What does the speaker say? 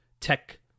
tech